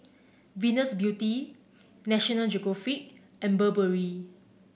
Venus Beauty National Geographic and Burberry